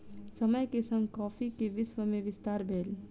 समय के संग कॉफ़ी के विश्व में विस्तार भेल